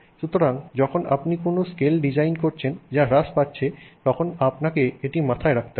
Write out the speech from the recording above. সুতরাং যখন আপনি কোনও স্কেল ডিজাইন করছেন যা হ্রাস পাচ্ছে তখন আপনাকে এটি মাথায় রাখতে হবে